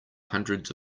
hundreds